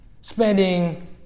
spending